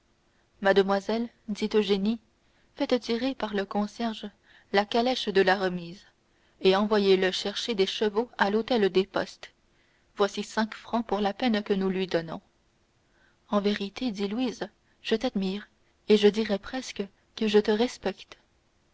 mademoiselle dit eugénie faites tirer par le concierge la calèche de la remise et envoyez-le chercher des chevaux à l'hôtel des postes voici cinq francs pour la peine que nous lui donnons en vérité dit louise je t'admire et je dirai presque que je te respecte